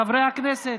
חברי הכנסת.